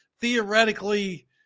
theoretically